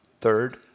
third